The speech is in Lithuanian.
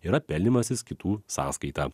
yra pelnymasis kitų sąskaita